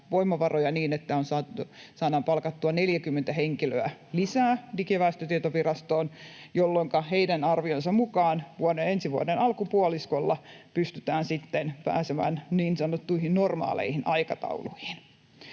voimavaroja niin, että saadaan palkattua 40 henkilöä lisää Digi- ja väestötietovirastoon, jolloinka heidän arvionsa mukaan ensi vuoden alkupuoliskolla pystytään sitten pääsemään niin sanottuihin normaaleihin aikatauluihin.